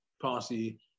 party